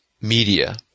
media